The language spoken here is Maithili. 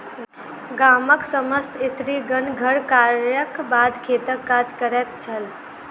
गामक समस्त स्त्रीगण घर कार्यक बाद खेतक काज करैत छल